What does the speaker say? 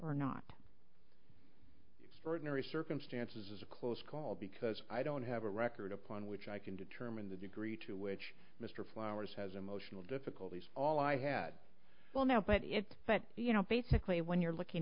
extraordinary circumstances is a close call because i don't have a record upon which i can determine the degree to which mr flowers has emotional difficulties all i had well now but it's but you know basically when you're looking